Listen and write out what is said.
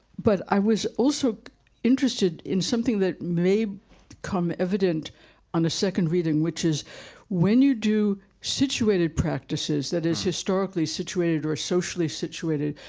but i was also interested in something that may become evident on the second reading which is when you do situated practices that is historically situated or socially situated,